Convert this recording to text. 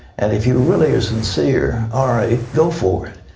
and if you're really ah sincere, all right, go for it.